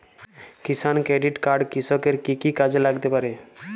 কিষান credit card কৃষকের কি কি কাজে লাগতে পারে?